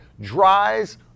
dries